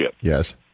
Yes